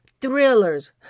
thrillers